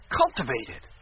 cultivated